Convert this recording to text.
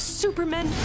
supermen